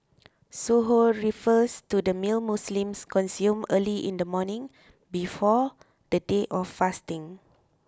suhoor refers to the meal Muslims consume early in the morning before the day of fasting